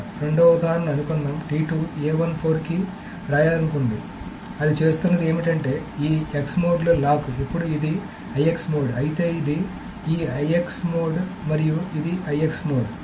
రెండవ ఉదాహరణ అనుకుందాం కి రాయాలనుకున్న అది చేస్తున్నది ఏమిటంటే ఈ X మోడ్ లో లాక్ అప్పుడు ఇది ఈ IX మోడ్ ఐతే ఇది ఈ IX మోడ్ మరియు ఇది ఈ IX మోడ్